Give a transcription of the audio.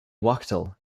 wachtel